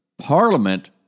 Parliament